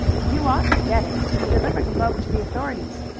you ought to get it. you delivered him over to the authorities.